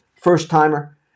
First-timer